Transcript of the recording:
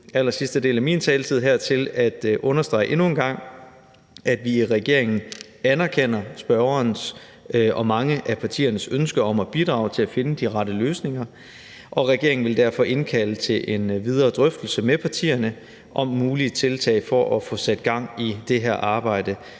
allersidste del af min taletid her til at understrege endnu en gang, at vi i regeringen anerkender spørgerens og mange af partiernes ønske om at bidrage til at finde de rette løsninger, og regeringen vil derfor indkalde til en videre drøftelse med partierne om mulige tiltag for at få sat gang i det her arbejde.